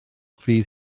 fydd